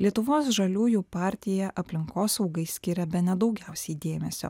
lietuvos žaliųjų partija aplinkosaugai skiria bene daugiausiai dėmesio